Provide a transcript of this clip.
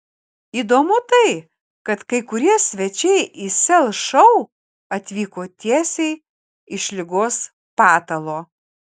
įdomu tai kad kai kurie svečiai į sel šou atvyko tiesiai iš ligos patalo